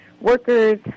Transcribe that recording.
workers